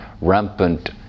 rampant